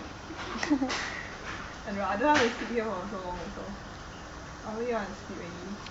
ah no lah I don't want to sit here for so long also I really want to sleep already